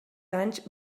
anys